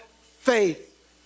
faith